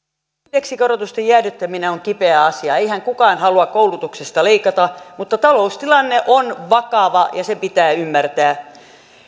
indeksikorotusten jäädyttäminen on kipeä asia eihän kukaan halua koulutuksesta leikata mutta taloustilanne on vakava ja se pitää ymmärtää